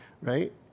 Right